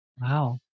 Wow